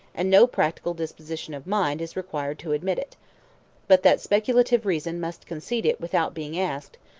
and no practical disposition of mind is required to admit it but that speculative reason must concede it without being asked,